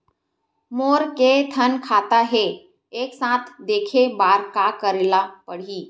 मोर के थन खाता हे एक साथ देखे बार का करेला पढ़ही?